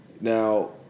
Now